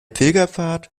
pilgerpfad